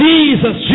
Jesus